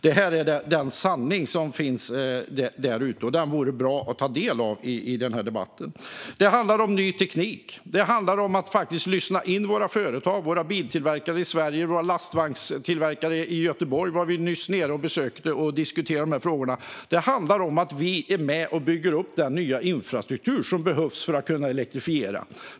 Det är den sanning som finns därute, och det vore bra att ta del av den i denna debatt. Det handlar om ny teknik och om att faktiskt lyssna in våra företag och våra biltillverkare i Sverige. Vi var just nere i Göteborg och besökte våra lastvagnstillverkare och diskuterade de här frågorna. Det handlar om att vi är med och bygger upp den nya infrastruktur som behövs för att kunna elektrifiera.